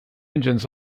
engines